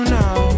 now